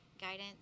guidance